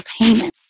payment